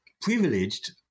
privileged